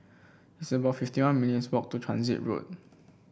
it's about fifty one minutes' walk to Transit Road